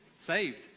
Saved